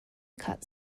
cut